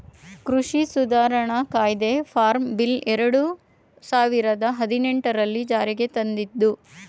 ಕೃಷಿ ಸುಧಾರಣಾ ಕಾಯ್ದೆ ಫಾರ್ಮ್ ಬಿಲ್ ಎರಡು ಸಾವಿರದ ಹದಿನೆಟನೆರಲ್ಲಿ ಜಾರಿಗೆ ತಂದಿದ್ದು